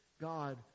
God